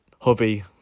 hobby